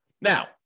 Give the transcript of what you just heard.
Now